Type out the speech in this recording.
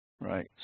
right